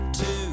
two